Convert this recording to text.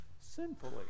sinfully